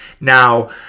Now